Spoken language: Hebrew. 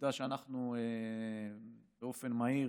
והעובדה שאנחנו הקצבנו באופן מהיר